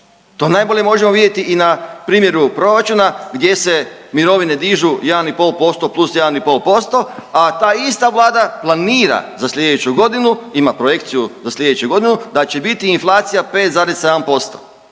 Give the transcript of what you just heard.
to najbolje možemo vidjeti i na primjeru proračuna gdje se mirovine dižu 1,5%+1,5%, a ta ista Vlada planira za slijedeću godinu, ima projekciju za slijedeću godinu da će biti inflacija 5,7%,